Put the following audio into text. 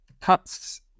cuts